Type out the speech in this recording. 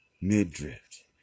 Mid-drift